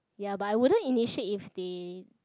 ya but I wouldn't initiate if they